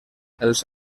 els